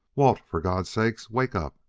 walt, for god's sake, wake up!